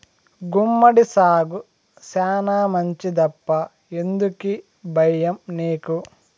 గుమ్మడి సాగు శానా మంచిదప్పా ఎందుకీ బయ్యం నీకు